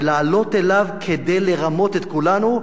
ולעלות אליו כדי לרמות את כולנו,